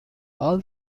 all